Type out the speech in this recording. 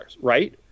right